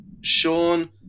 Sean